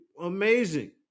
amazing